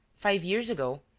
five years ago,